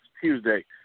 Tuesday